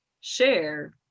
share